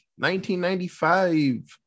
1995